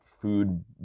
Food